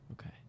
Okay